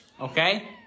Okay